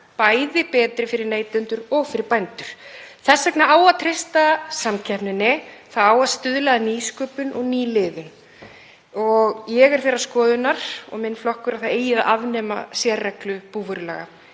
bæði betri fyrir neytendur og fyrir bændur. Þess vegna á að treysta samkeppninni. Það á að stuðla að nýsköpun og nýliðun. Ég er þeirrar skoðunar og minn flokkur að það eigi að afnema sérreglu búvörulaga.